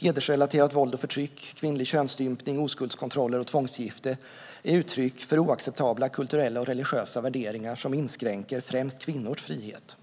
Hedersrelaterat våld och förtryck, kvinnlig könsstympning, oskuldskontroller och tvångsgifte är uttryck för oacceptabla kulturella och religiösa värderingar som inskränker främst kvinnors frihet.